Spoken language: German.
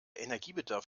energiebedarf